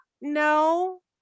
No